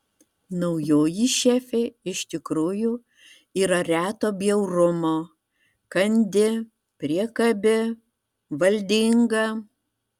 naujoji šefė iš tikrųjų yra reto bjaurumo kandi priekabi valdinga